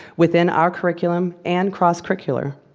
within our curriculum, and cross-curricular.